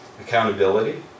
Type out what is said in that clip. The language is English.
Accountability